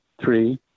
three